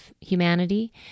humanity